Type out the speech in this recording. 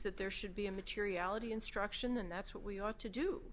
that there should be a materiality instruction then that's what we ought to do